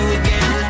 again